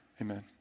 amen